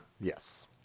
Yes